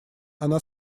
она